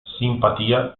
simpatia